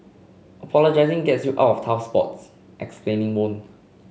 apologising gets you out of tough spots explaining won't